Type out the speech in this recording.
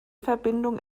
verbindung